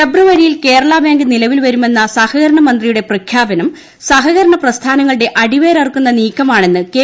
ഫെബ്രുവരിയിൽ കേരള ബാങ്ക് ് നിലവിൽവരുമെന്ന സഹകരണമന്ത്രിയുടെ പ്രഖ്യാപന്ം സഹകരണ പ്രസ്ഥാനങ്ങളുടെ അടിവേർറുക്കുന്ന നീക്കമാണെന്ന് കെ